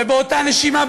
ובאותה נשימה,